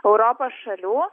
europos šalių